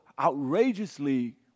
outrageously